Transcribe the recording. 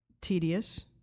tedious